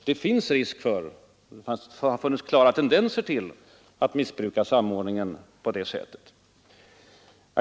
Det finns risk för — och det har funnits klara tendenser till — att missbruka samordningen på det sättet.